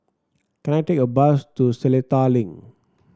can I take a bus to Seletar Link